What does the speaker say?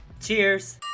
Cheers